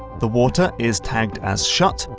the water is tagged as shut,